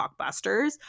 blockbusters